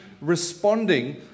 responding